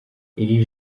iri